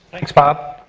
thanks bob.